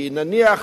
כי נניח